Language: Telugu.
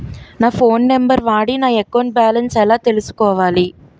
నా ఫోన్ నంబర్ వాడి నా అకౌంట్ బాలన్స్ ఎలా తెలుసుకోవాలి?